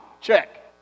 check